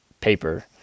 paper